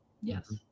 Yes